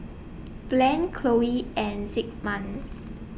Blane Chloe and Zigmund